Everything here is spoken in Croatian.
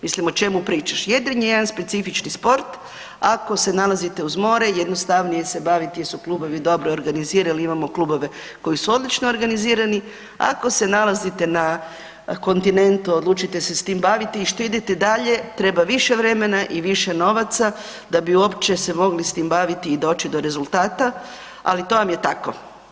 Mislim o čemu pričaš, jedrenje je jedan specifični sport ako se nalazite uz more jednostavnije se baviti jer su klubovi dobro organizirali imamo klubove koji su odlično organizirani, ako se nalazite na kontinentu i odlučite se s tim baviti i što idete dalje treba više vremena i više novaca da bi uopće se mogli s tim baviti i doći do rezultata, ali to vam je tako.